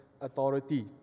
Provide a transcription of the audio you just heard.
authority